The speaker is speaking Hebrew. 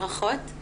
ברכות.